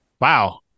Wow